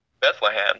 Bethlehem